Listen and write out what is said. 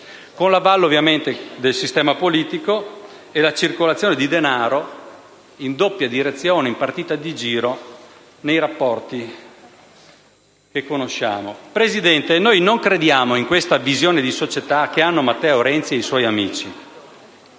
con l'avallo del sistema politico e la circolazione di denaro in doppia direzione, in partita di giro, nei rapporti che conosciamo. Signora Presidente, noi non crediamo in questa visione di società che hanno Matteo Renzi e i suoi amici.